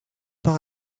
par